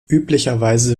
üblicherweise